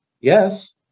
Yes